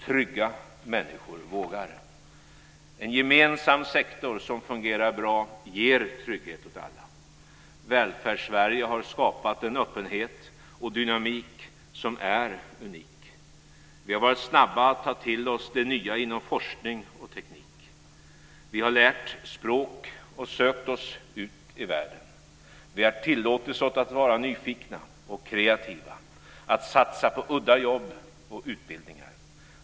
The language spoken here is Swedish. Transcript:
Trygga människor vågar. En gemensam sektor som fungerar bra ger trygghet åt alla. Välfärdssverige har skapat en öppenhet och dynamik som är unik. Vi har varit snabba att ta till oss det nya inom forskning och teknik. Vi har lärt språk och sökt oss ut i världen. Vi har tillåtit oss att vara nyfikna och kreativa, att satsa på udda jobb och utbildningar.